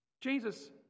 Jesus